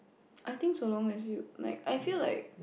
I think so long as you like I feel like